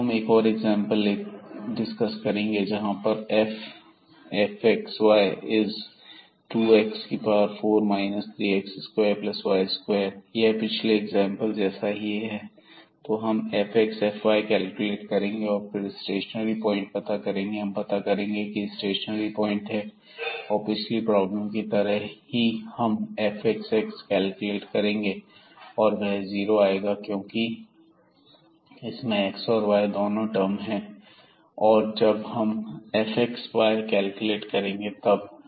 अब हम एक और एग्जांपल डिस्कस करेंगे जहां fxy2x4 3x2yy2 यह पिछले एग्जांपल जैसा ही है तो हम fx fy कैलकुलेट करेंगे और फिर स्टेशनरी प्वाइंट पता करेंगे हम पता करेंगे की 00 स्टेशनरी प्वाइंट है और पिछली प्रॉब्लम की तरह ही हम fxx कैलकुलेट करेंगे और वह जीरो आएगा क्योंकि इसमें एक्स और वाई दोनों टर्म है और जब हम fxy कैलकुलेट करेंगे तब